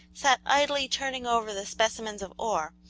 sat idly turning over the specimens of ore,